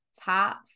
top